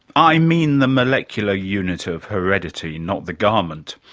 i mean, the molecular unit of heredity, not the garment?